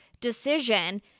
decision